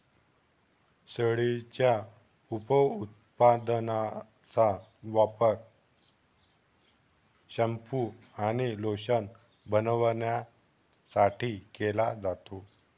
शेळीच्या उपउत्पादनांचा वापर शॅम्पू आणि लोशन बनवण्यासाठी केला जातो